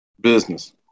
business